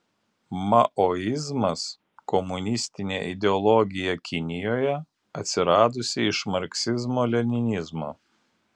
maoizmas komunistinė ideologija kinijoje atsiradusi iš marksizmo leninizmo